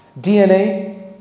DNA